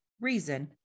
reason